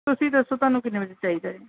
ਤੁਸੀਂ ਦੱਸੋ ਤੁਹਾਨੂੰ ਕਿੰਨੇ ਵਜੇ ਚਾਹੀਦਾ ਹੈ